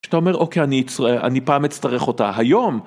כשאתה אומר אוקיי אני..אני פעם אצטרך אותה היום.